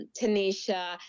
Tanisha